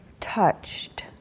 touched